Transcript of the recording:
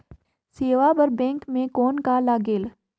सेवा बर बैंक मे कौन का लगेल?